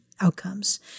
outcomes